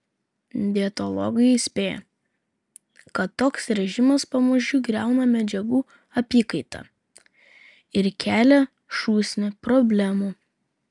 dietologai įspėja kad toks režimas pamažu griauna medžiagų apykaitą ir kelią šūsnį problemų